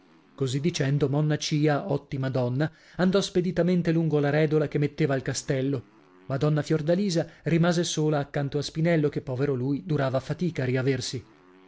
così dicendo monna cia ottima donna andò speditamente lungo la redola che metteva al castello madonna fiordalisa rimase sola accanto a spinello che povero lui durava fatica a riaversi